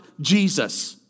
Jesus